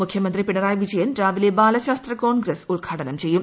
മുഖ്യമന്ത്രി പിണറായി വിജയൻ രാവിലെ ബാലശാസ്ത്ര കോൺഗ്രസ്സ് ഉദ്ഘാടനം ചെയ്യും